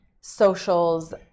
socials